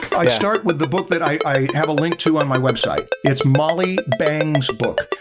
i'd start with the book that i have a link to on my website it's molly bang's book.